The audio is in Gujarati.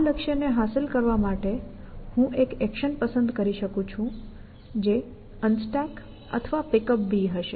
આ લક્ષ્યને હાંસલ કરવા માટે હું એક એક્શન પસંદ કરી શકું છું જે Unstack અથવા PickUp હશે